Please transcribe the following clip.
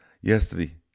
yesterday